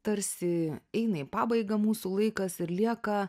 tarsi eina į pabaigą mūsų laikas ir lieka